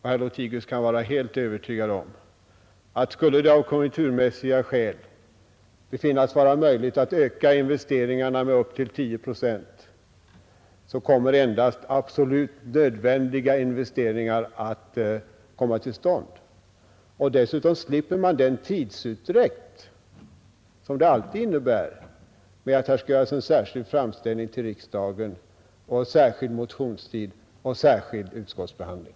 Herr Lothigius kan vara helt övertygad om att skulle det av konjunkturmässiga skäl befinnas vara möjligt att öka investeringarna med upp till 10 procent, kommer endast absolut nödvändiga investeringar att komma till stånd. Dessutom slipper man den tidsutdräkt som det alltid innebär att göra en särskild framställning till riksdagen, med särskild motionstid och särskild utskottsbehandling.